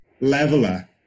leveler